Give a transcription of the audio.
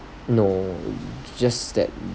no just that